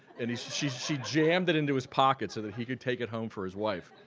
and he she she jammed that into his pocket so that he could take it home for his wife.